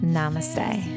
Namaste